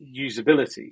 usability